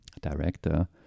director